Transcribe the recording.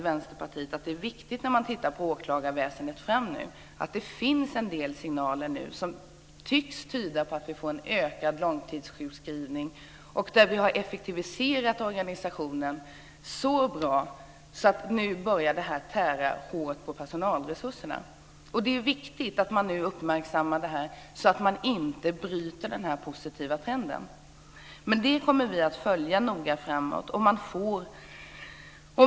Det finns en del signaler som tyder på att antalet långtidssjukskrivningar ökar. Vi har effektiviserat organisationen så bra att det börjar tära på personalen. Det är viktigt att man uppmärksammar detta, så att den positiva trenden inte bryts. Det kommer vi att följa noga framöver.